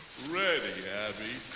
ready, abby.